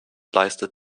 leistet